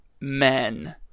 men